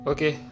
Okay